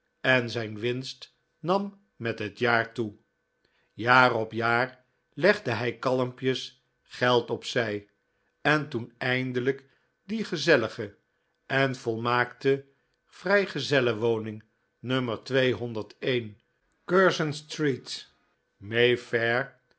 en zijn winst nam met het jaar toe jaar op jaar legde hij kalmpjes geld op zij en toen eindelijk die gezellige en volmaakte vrijgezellenwoning n curzon street